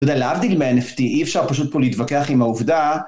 אתה יודע, להבדיל מ-NFT אי אפשר פשוט פה להתווכח עם העובדה